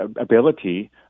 ability